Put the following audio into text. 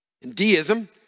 Deism